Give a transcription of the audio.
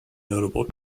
notable